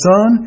Son